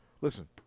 listen